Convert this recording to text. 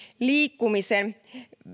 liikkumisen